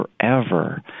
forever